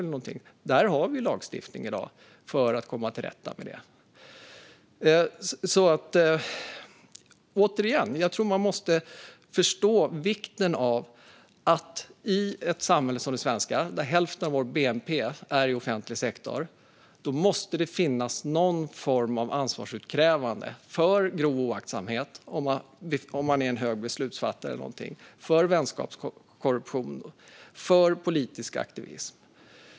Det har vi i dag lagstiftning för att komma till rätta med. Återigen: Jag tror att man måste förstå vikten av att i ett samhälle som det svenska, där hälften av bnp är i offentlig sektor, ha någon form av ansvarsutkrävande för grov oaktsamhet hos höga beslutfattare, för vänskapskorruption och för politisk aktivism.